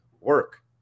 work